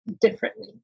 differently